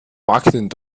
marketing